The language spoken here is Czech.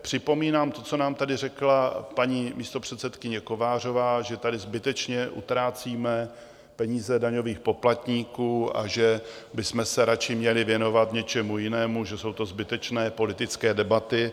Připomínám, co nám tady řekla paní místopředsedkyně Kovářová, že tady zbytečně utrácíme peníze daňových poplatníků a že bychom se radši měli věnovat něčemu jinému, že jsou to zbytečné politické debaty.